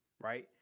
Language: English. Right